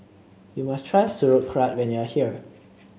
you must try Sauerkraut when you are here